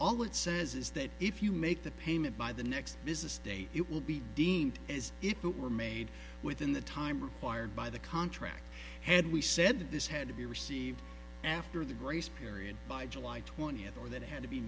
all it says is that if you make the payment by the next business day it will be deemed as if it were made within the time required by the contract head we said this had to be received after the grace period by july twentieth or that had to be